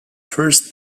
first